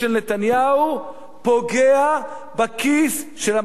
פוגע בכיס של מעמד הביניים,